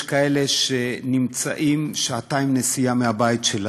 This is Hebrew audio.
יש כאלה שנמצאים במרחק שעתיים נסיעה מהבית שלהם,